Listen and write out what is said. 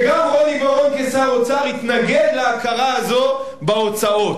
וגם רוני בר-און כשר אוצר התנגד להכרה הזאת בהוצאות.